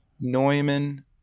Neumann